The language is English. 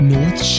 North